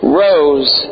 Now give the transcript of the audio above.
rose